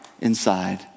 inside